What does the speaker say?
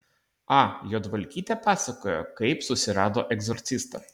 a juodvalkytė pasakojo kaip susirado egzorcistą